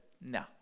no